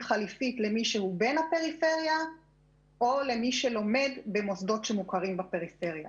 חליפית למי שהוא בן הפריפריה או למי שלומד במוסדות מוכרים בפריפריה.